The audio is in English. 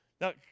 Now